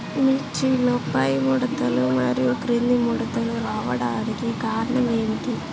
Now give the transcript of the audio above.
మిర్చిలో పైముడతలు మరియు క్రింది ముడతలు రావడానికి కారణం ఏమిటి?